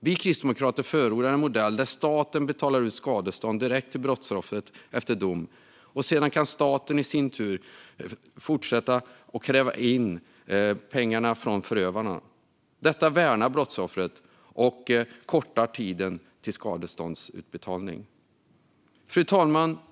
Vi kristdemokrater förordar en modell där staten betalar ut skadestånd direkt till brottsoffret efter dom, och sedan kan staten i sin tur kräva in pengarna från förövaren. Detta värnar brottsoffret och kortar tiden till skadeståndsutbetalning. Fru talman!